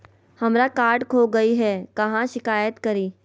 हमरा कार्ड खो गई है, कहाँ शिकायत करी?